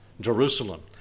Jerusalem